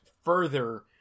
further